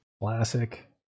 Classic